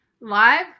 live